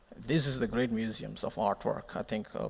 this is the great museums of artwork, i think.